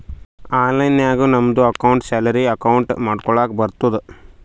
online ನಾಗು ನಮ್ದು ಅಕೌಂಟ್ಗ ಸ್ಯಾಲರಿ ಅಕೌಂಟ್ ಮಾಡ್ಕೊಳಕ್ ಬರ್ತುದ್